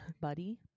buddy